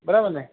બરાબર ને